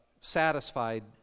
satisfied